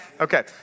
Okay